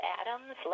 atoms